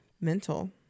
mental